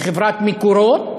לחברת "מקורות",